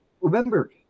remember